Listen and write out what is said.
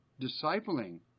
Discipling